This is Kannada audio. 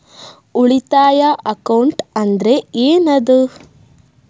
ಉಳಿತಾಯ ಅಕೌಂಟ್ ಅಂದ್ರೆ ಏನ್ ಅದ?